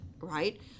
right